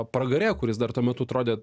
pragare kuris dar tuo metu atrodė